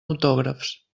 autògrafs